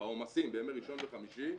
העומסים בימי ראשון וחמישי,